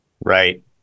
Right